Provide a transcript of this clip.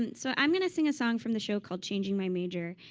and so i'm going to sing a song from the show called changing my major.